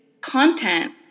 content